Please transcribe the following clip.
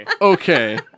Okay